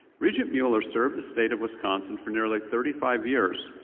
regent mueller served the state of wisconsin for nearly thirty five years,